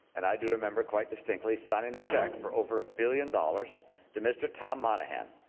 and i do remember quite distinctly signing the check for over a billion dollars to mr. tom monahan.